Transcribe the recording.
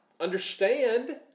understand